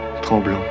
tremblant